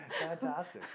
Fantastic